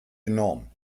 enorm